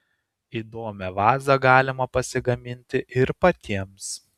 įdomią vazą galima pasigaminti ir patiems